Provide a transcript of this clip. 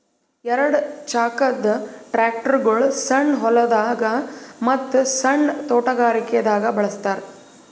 ಎರಡ ಚಾಕದ್ ಟ್ರ್ಯಾಕ್ಟರ್ಗೊಳ್ ಸಣ್ಣ್ ಹೊಲ್ದಾಗ ಮತ್ತ್ ಸಣ್ಣ್ ತೊಟಗಾರಿಕೆ ದಾಗ್ ಬಳಸ್ತಾರ್